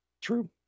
True